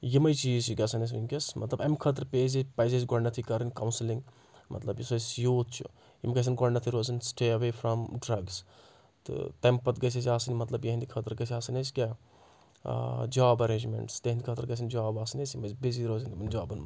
یِمے چیٖز چھِ گژھان اَسہِ وٕنکؠس مطلب اَمہِ خٲطرٕ پے أسۍ ییٚتہِ پَزِ اَسہِ گۄڈنؠتھٕے کَرٕنۍ کَونٛسٕلِنٛگ مطلب یُس اَسہِ یوٗتھ چھُ یِم گژھان گۄڈٕنیٚتھٕے روزٕنۍ سٹے اوَے فرٛام ڈرٛگٕس تہٕ تَمہِ پَتہٕ گژھِ اَسہِ آسٕنۍ مطلب یِہٕنٛدِ خٲطرٕ گژھِ آسٕنۍ اَسہِ کیٛاہ جاب ارینٛجمینٛٹٕس تِہِنٛدِ خٲطرٕ گژھن جاب آسٕنۍ أسۍ یِم أسۍ بزی روزَان یِمَن جابَن منٛز